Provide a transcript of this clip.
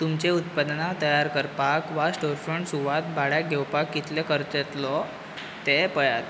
तुमचीं उत्पादनां तयार करपाक वा स्टोरफ्रंट सुवात भाड्याक घेवपाक कितलो खर्च येतलो तें पळयात